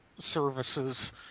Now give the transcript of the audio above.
services